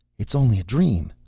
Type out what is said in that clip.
it's only a dream!